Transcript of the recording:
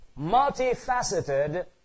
multifaceted